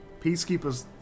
Peacekeepers